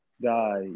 die